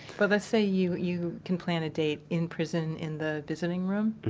but let's say you you can plan a date in prison in the visiting room.